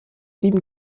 sieben